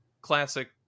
classic